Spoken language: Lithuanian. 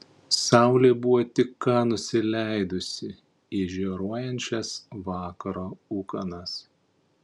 saulė buvo tik ką nusileidusi į žioruojančias vakaro ūkanas